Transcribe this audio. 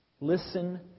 Listen